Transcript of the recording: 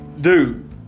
dude